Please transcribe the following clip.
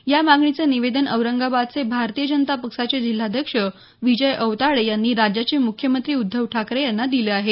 या मागणीचं निवेदन औरंगाबादचे भारतीय जनता पक्षाचे जिल्हाध्यक्ष विजय औताडे यांनी राज्याचे मुख्यमंत्री उद्धव ठाकरे यांना दिलं आहे